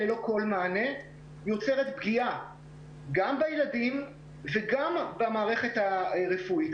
וכך נוצרת פגיעה גם בילדים וגם במערכת הרפואית.